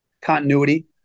Continuity